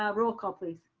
ah roll call please.